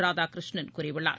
ராதாகிருஷ்ணன் கூறியுள்ளார்